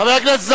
חברי הכנסת,